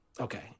Okay